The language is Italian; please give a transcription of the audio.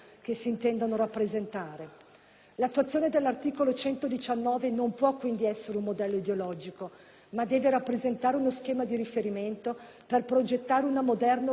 L'attuazione dell'articolo 119 non può quindi essere un modello ideologico, ma deve rappresentare uno schema di riferimento per progettare una moderna organizzazione dei poteri pubblici,